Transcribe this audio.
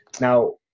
Now-